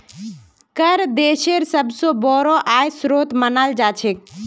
कर देशेर सबस बोरो आय स्रोत मानाल जा छेक